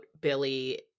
Billy